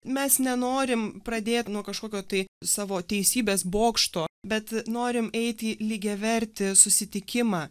mes nenorim pradėt nuo kažkokio tai savo teisybės bokšto bet norim eiti lygiavertį susitikimą